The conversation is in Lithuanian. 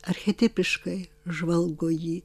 archetipiškai žvalgo jį